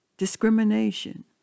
Discrimination